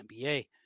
NBA